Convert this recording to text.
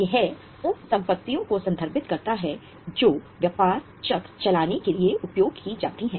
यह उन संपत्तियों को संदर्भित करता है जो व्यापार चक्र चलाने के लिए उपयोग की जाती हैं